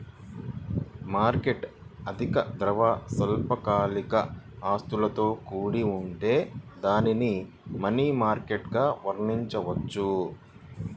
market అధిక ద్రవ, స్వల్పకాలిక ఆస్తులతో కూడి ఉంటే దానిని మనీ మార్కెట్గా వర్ణించవచ్చు